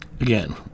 Again